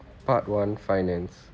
part one finance